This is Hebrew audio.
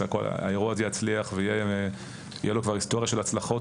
כשהאירוע הזה יצליח ותהיה לו כבר היסטוריה של הצלחות,